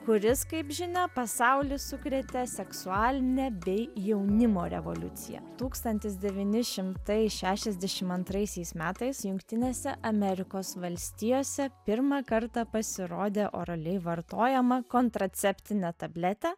kuris kaip žinia pasaulį sukrėtė seksualine bei jaunimo revoliucija tūkstantis devyni šimtai šešiasdešim antraisiais metais jungtinėse amerikos valstijose pirmą kartą pasirodė oraliai vartojama kontraceptinė tabletė